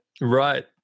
Right